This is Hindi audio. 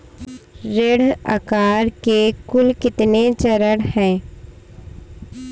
ऋण आहार के कुल कितने चरण हैं?